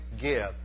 give